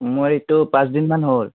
মোৰ এইটো পাঁচ দিনমান হ'ল